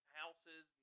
houses